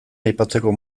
aipatzeko